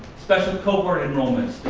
special cohort enrollments,